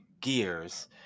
Gears